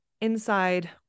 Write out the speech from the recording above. Inside